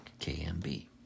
KMB